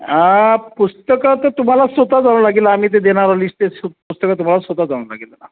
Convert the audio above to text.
आं पुस्तकं तर तुम्हाला स्वतःच आणावं लागेल आम्ही ते देणार आहो लिस्ट ते पुस्तकं तुम्हाला स्वतःच आणावं लागेल